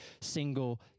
single